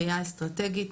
ראייה אסטרטגית,